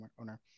owner